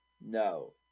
No